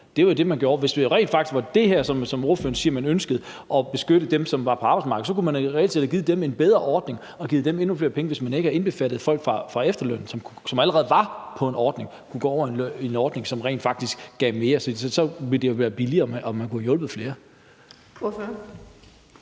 faktisk var sådan, som ordføreren siger, at man ønskede at beskytte dem, som var på arbejdsmarkedet, så kunne man reelt set have givet dem en bedre ordning og givet dem endnu flere penge, hvis man ikke havde indregnet folk fra efterlønnen, som allerede var på en ordning og kunne gå over på en ordning, som rent faktisk gav mere. Så ville det jo være billigere, og man kunne have hjulpet flere.